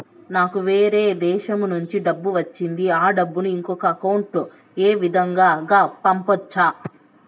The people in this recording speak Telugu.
నాకు వేరే దేశము నుంచి డబ్బు వచ్చింది ఆ డబ్బును ఇంకొక అకౌంట్ ఏ విధంగా గ పంపొచ్చా?